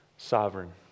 sovereign